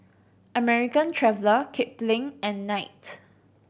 American Traveller Kipling and Knight